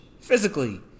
Physically